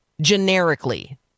generically